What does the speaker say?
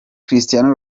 cristiano